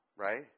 Right